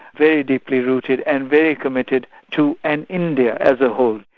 very deeply rooted and very committed to an india as a whole.